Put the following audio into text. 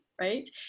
right